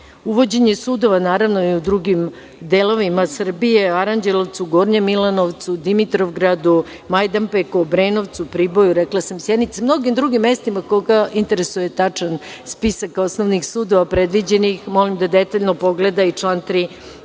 zašto. Uvođenje sudova, naravno i u drugim delovima Srbije, Aranđelovcu, Gornjem Milanovcu, Dimitrovgradu, Majdanpeku, Obrenovcu, Priboju, mnogim drugim mestima. Koga interesuje tačan spisak osnovnih sudova predviđenih, molim da detaljno pogleda i član 3.